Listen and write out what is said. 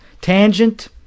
tangent